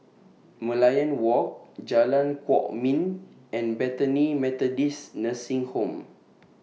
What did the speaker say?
Merlion Walk Jalan Kwok Min and Bethany Methodist Nursing Home